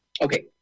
Okay